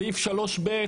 בסעיף (3)(ב)